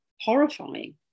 horrifying